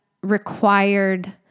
required